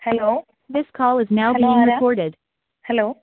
hello hello ആരാണ് hello